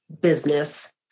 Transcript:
business